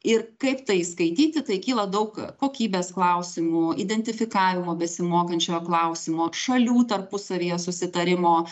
ir kaip tai įskaityti tai kyla daug kokybės klausimų identifikavimo besimokančiojo klausimo šalių tarpusavyje susitarimo